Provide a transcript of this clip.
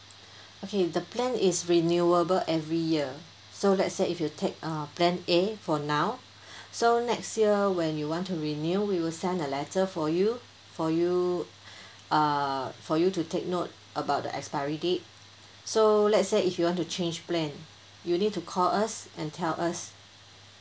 okay the plan is renewable every year so let's say if you take uh plan a for now so next year when you want to renew we will send a letter for you for you uh for you to take note about the expiry date so let's say if you want to change plan you need to call us and tell us